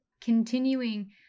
continuing